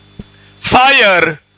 Fire